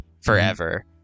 forever